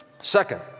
second